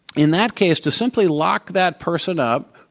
in that case, to simply lock that person up,